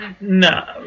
No